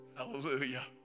Hallelujah